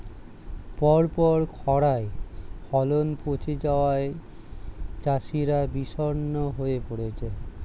পরপর খড়ায় ফলন পচে যাওয়ায় চাষিরা বিষণ্ণ হয়ে পরেছে